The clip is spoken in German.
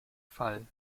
fall